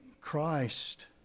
Christ